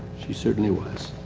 she certainly was.